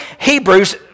Hebrews